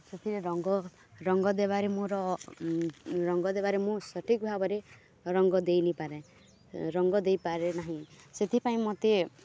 ସେଥିରେ ରଙ୍ଗ ରଙ୍ଗ ଦେବାରେ ମୋର ରଙ୍ଗ ଦେବାରେ ମୁଁ ସଠିକ ଭାବରେ ରଙ୍ଗ ଦେଇ ନାଇଁପାରେ ରଙ୍ଗ ଦେଇପାରେ ନାହିଁ ସେଥିପାଇଁ ମୋତେ